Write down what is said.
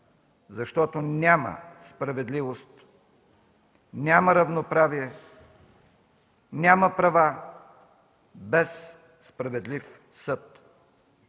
Защото няма справедливост, няма равноправие, няма права без справедлив съд.